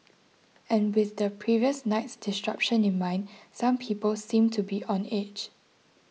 and with the previous night's disruption in mind some people seemed to be on edge